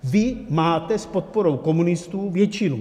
Vy máte s podporou komunistů většinu.